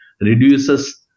reduces